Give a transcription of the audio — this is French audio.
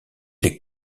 les